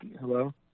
hello